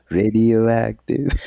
radioactive